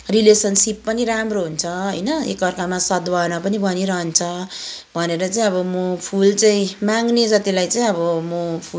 relationship पनि राम्रो हुन्छ होइन एकअर्कामा सद्भावना पनि बनिरहन्छ भनेर चाहिँ अब म फुल चाहिँ माग्ने जतिलाई चाहिँ अब म फुल चाहिँ